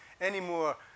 anymore